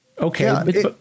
okay